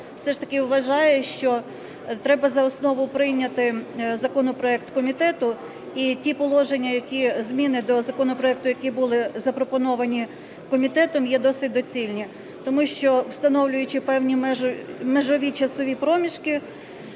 все ж таки вважає, що треба за основу прийняти законопроект комітету, і ті положення, зміни до законопроекту, які були запропоновані комітетом, є досить доцільні. Тому що встановлюючи певні межові часові проміжки,